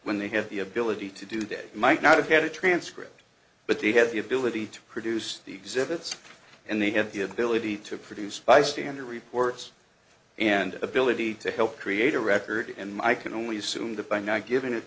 when they have the ability to do they might not get a transcript but they have the ability to produce the exhibits and they have the ability to produce bystander reports and ability to help create a record and i can only assume that by not giving it